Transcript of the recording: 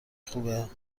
خوبه